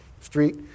street